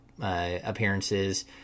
appearances